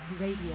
Radio